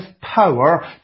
power